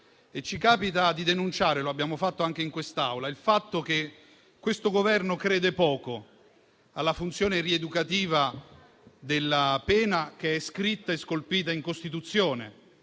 ci capita di denunciare - lo abbiamo fatto anche in quest'Aula - il fatto che questo Governo creda poco alla funzione rieducativa della pena che è scritta e scolpita in Costituzione.